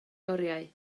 oriau